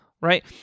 right